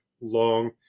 long